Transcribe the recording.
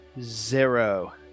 zero